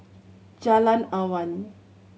Jalan Awan